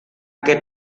que